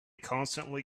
constantly